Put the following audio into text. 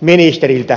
ministeriltä tippua